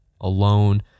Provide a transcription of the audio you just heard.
alone